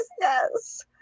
yes